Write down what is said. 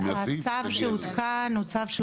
הצו שהותקן הוא צו,